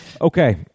Okay